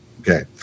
Okay